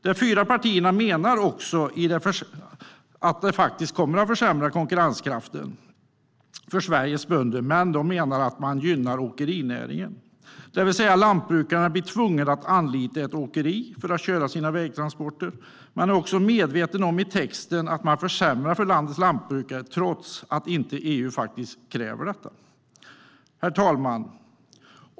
De fyra partierna menar att reglerna kommer att försämra konkurrenskraften för Sveriges bönder, men de menar att åkerinäringen gynnas. Lantbrukaren blir tvungen att anlita ett åkeri för att köra sina vägtransporter. Partierna är medvetna om att de försämrar för landets lantbrukare trots att EU inte kräver detta. Herr talman!